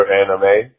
anime